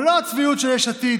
אבל לא הצביעות של יש עתיד,